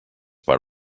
per